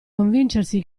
convincersi